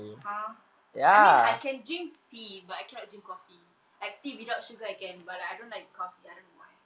!huh! I mean I can drink tea but I cannot drink coffee like tea without sugar I can but like I don't like coffee I don't know why